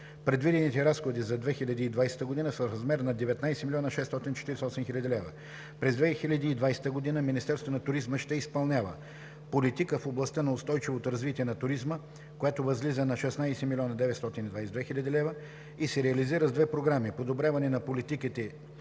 Предвидените разходи за 2020 г. са в размер на 19 млн. 648 хил. лв. През 2020 г. Министерството на туризма ще изпълнява политика в областта на устойчивото развитие на туризма, която възлиза на 16 млн. 922 хил. лв. и се реализира с две програми: „Подобряване на политиките